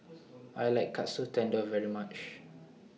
I like Katsu Tendon very much